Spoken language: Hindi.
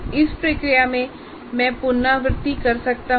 इस प्रक्रिया में मैं पुनरावृति कर सकता हूं